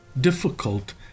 difficult